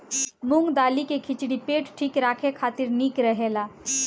मूंग दाली के खिचड़ी पेट ठीक राखे खातिर निक रहेला